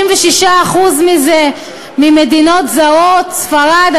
66% מזה ממדינות זרות: ספרד,